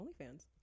OnlyFans